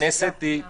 בכנסת גם לא?